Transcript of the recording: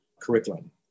curriculum